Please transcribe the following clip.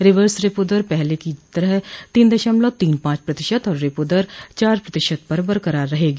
reverse repo दर पहले की तरह तीन दशमलव तीन पांच प्रतिशत और रेपो दर चार प्रतिशत पर बरकरार रहेगी